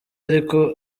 ariko